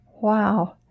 Wow